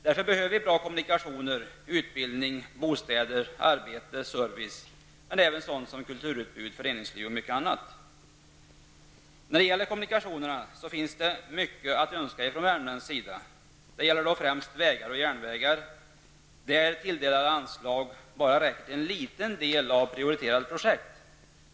Därför behöver vi bra kommunikationer, utbildning, bostäder, arbete, service, men vi behöver även sådant som kulturutbud, föreningsliv och mycket annat. När det gäller kommunikationerna finns det mycket att önska från värmländsk sida. Det gäller då främst vägar och järnvägar, där tilldelade anslag bara räcker till en liten del av prioriterade projekt.